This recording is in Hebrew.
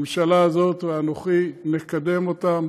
הממשלה הזאת ואנוכי נקדם אותם